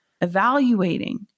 evaluating